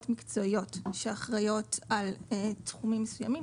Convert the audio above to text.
מקצועיות שאחראיות על תחומים מסוימים,